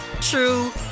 true